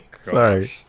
Sorry